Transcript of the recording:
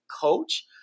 coach